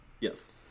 Yes